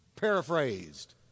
paraphrased